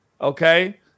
okay